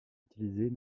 utilisés